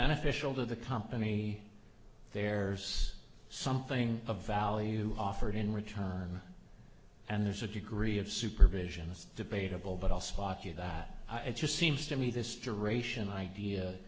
beneficial to the company there's something of value offered in return and there's a degree of supervision is debatable but i'll spot you that it just seems to me this to ration idea